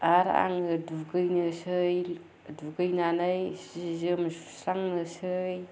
आरो आङो दुगैनोसै दुगैनानै सि जोम सुस्रांनोसै